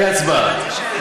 הצבעה.